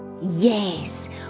Yes